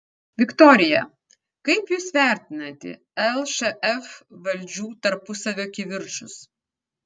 viktorija kaip jūs vertinate lšf valdžių tarpusavio kivirčus